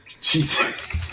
Jesus